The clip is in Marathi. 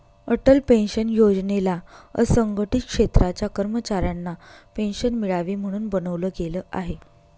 अटल पेन्शन योजनेला असंघटित क्षेत्राच्या कर्मचाऱ्यांना पेन्शन मिळावी, म्हणून बनवलं गेलं आहे